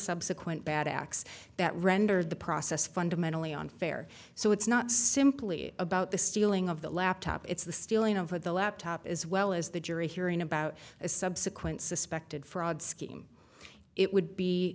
subsequent bad acts that render the process fundamentally unfair so it's not simply about the stealing of the laptop it's the stealing over the laptop as well as the jury hearing about a subsequent suspected fraud scheme it would be